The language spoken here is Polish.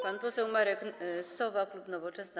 Pan poseł Marek Sowa, klub Nowoczesna.